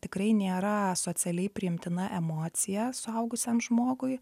tikrai nėra socialiai priimtina emocija suaugusiam žmogui